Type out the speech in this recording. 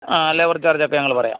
ആ ലേബർ ചാർജൊക്കെ ഞങ്ങള് പറയാം